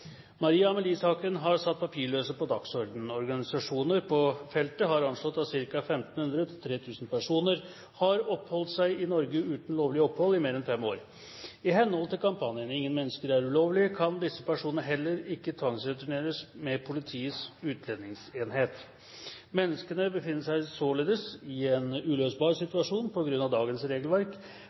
Maria Amelie-saken satte de papirløses situasjon på dagsordenen. Organisasjoner på dette feltet har anslått at det er fra 1 500 til 3 000 personer som har oppholdt seg i Norge uten lovlig opphold i mer enn fem år. Vi snakker da om en gruppe mennesker som av ulike årsaker ikke lar seg tvangsreturnere. I henhold til kampanjen «ingen mennesker er ulovlige» kan disse personene altså ikke tvangsreturneres med Politiets